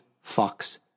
fox